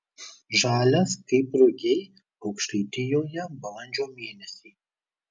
žalias kaip rugiai aukštaitijoje balandžio mėnesį